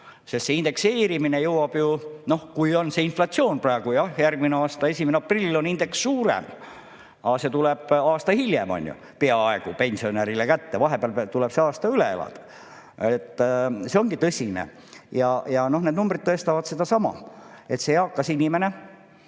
Sest see indekseerimine jõuab ju, noh, kui on inflatsioon praegu jah, järgmise aasta 1. aprillist on indeks suurem. Aga see tuleb peaaegu aasta hiljem, on ju, pensionärile kätte. Vahepeal tuleb see aasta üle elada. See ongi tõsine. Ja need numbrid tõestavad sedasama, et see eakas inimene,